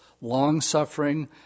long-suffering